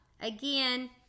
again